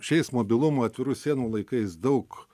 šiais mobilumo atvirų sienų laikais daug